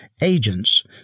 agents